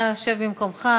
נא לשבת במקומך.